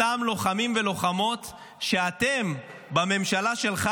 אותם לוחמים ולוחמות שאתם בממשלה שלך